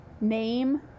name